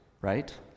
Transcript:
right